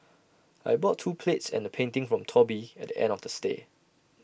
I bought two plates and A painting from Toby at the end of the stay